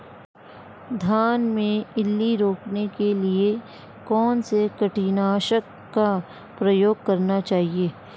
धान में इल्ली रोकने के लिए कौनसे कीटनाशक का प्रयोग करना चाहिए?